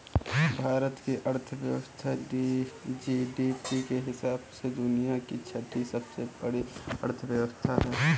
भारत की अर्थव्यवस्था जी.डी.पी के हिसाब से दुनिया की छठी सबसे बड़ी अर्थव्यवस्था है